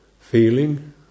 Feeling